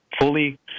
Fully